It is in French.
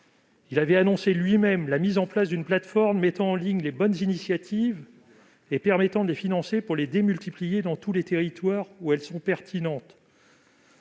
Il avait annoncé lui-même la mise en place d'une plateforme mettant en ligne les bonnes initiatives et permettant de les financer, pour les démultiplier dans tous les territoires où elles sont pertinentes.